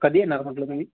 कधी येणार म्हटलं तुम्ही